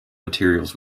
materials